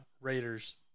Raiders